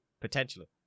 Potentially